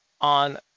on